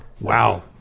Wow